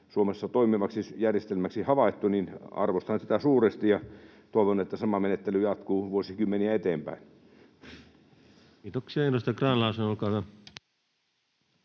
Suomessa toimivaksi järjestelmäksi havaittu, niin arvostan sitä suuresti ja toivon, että sama menettely jatkuu vuosikymmeniä eteenpäin. [Speech 82] Speaker: Ensimmäinen